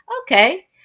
okay